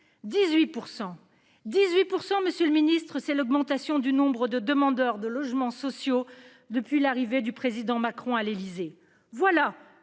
Tel est, monsieur le ministre, le taux d'augmentation du nombre de demandeurs de logements sociaux depuis l'arrivée d'Emmanuel Macron à l'Élysée. Voilà